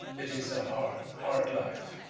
it is a hard, hard life.